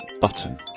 button